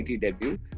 debut